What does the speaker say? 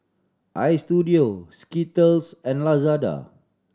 Istudio Skittles and Lazada